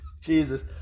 jesus